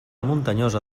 muntanyosa